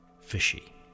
fishy